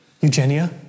Eugenia